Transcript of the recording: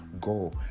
go